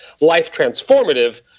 life-transformative